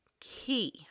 key